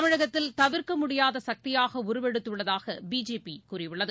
தமிழகத்தில் தவிர்க்க முடியாத சக்தியாக உருவெடுத்துள்ளதாக பிஜேபி கூறியுள்ளது